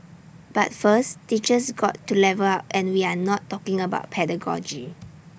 but first teachers got to level up and we are not talking about pedagogy